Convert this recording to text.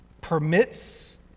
permits